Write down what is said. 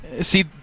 See